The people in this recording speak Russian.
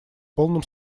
полном